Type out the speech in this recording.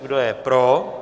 Kdo je pro?